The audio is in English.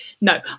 no